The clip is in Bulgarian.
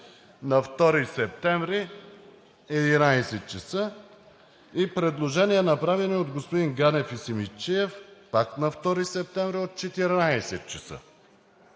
на 2 септември – 11,00 ч., и предложения, направени от господин Ганев и Симидчиев, пак на 2 септември от 14,00 ч.